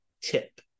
tip